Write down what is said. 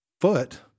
foot